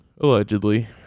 Allegedly